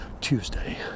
Tuesday